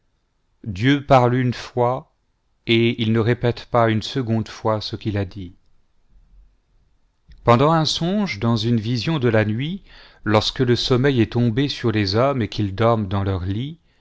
dieu parle une fois et il ne répète pas une seconde fois ce qu'il a dit pendant un songe dans une vision de la nuit lorsque le sommeil est tombé sur les hommes et qu'ils dorment dans leur lit